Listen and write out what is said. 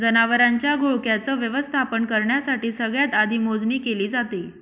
जनावरांच्या घोळक्याच व्यवस्थापन करण्यासाठी सगळ्यात आधी मोजणी केली जाते